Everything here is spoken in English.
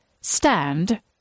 stand